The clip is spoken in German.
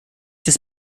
des